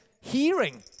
hearing